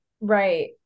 Right